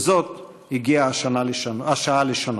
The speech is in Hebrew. ואת זאת הגיעה השעה לשנות.